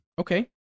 Okay